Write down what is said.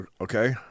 okay